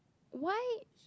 why